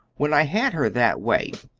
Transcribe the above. when i had her that way,